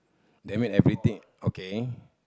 they made everything okay